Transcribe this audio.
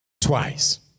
Twice